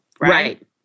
Right